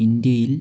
ഇന്ത്യയിൽ